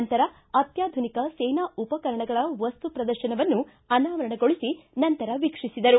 ನಂತರ ಅತ್ಯಾಧುನಿಕ ಸೇನಾ ಉಪಕರಣಗಳ ವಸ್ತು ಪ್ರದರ್ಶನವನ್ನು ಅನಾವರಣಗೊಳಿಸಿ ನಂತರ ವೀಕ್ಷಿಸಿದರು